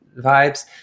vibes